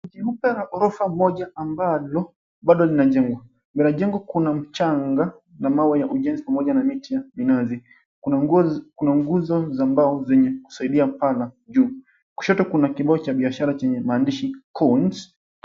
Jumba la orofa moja ambalo bado linajengwa. Linajengwa kuna mchanga na mawe ya ujenzi pamoja na miti ya minazi. Kuna nguzo za mbao zenye kusaidia paa la juu. Kushoto kuna kibao cha biashara chenye maandishi Cones.